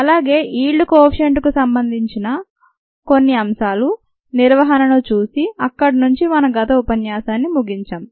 అలాగే ఈల్డ్ కోఎఫిషెంట్కు సంబంధించిన కొన్ని అంశాలు నిర్వహణను చూసి అక్కడ మనం గత ఉపన్యాసాన్ని ముగించాం